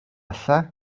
lle